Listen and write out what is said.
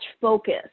focus